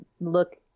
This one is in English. look